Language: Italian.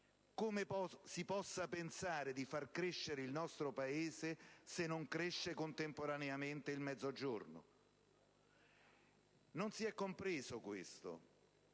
come si può pensare di far crescere il nostro Paese, se non cresce contemporaneamente il Mezzogiorno? Non si è compreso questo,